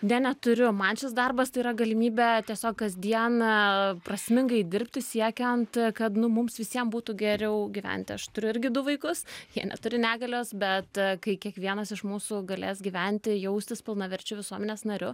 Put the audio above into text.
deja neturiu man šis darbas tai yra galimybė tiesiog kasdieną prasmingai dirbti siekiant kad nu mums visiem būtų geriau gyventi aš turiu irgi du vaikus jie neturi negalios bet kai kiekvienas iš mūsų galės gyventi jaustis pilnaverčiu visuomenės nariu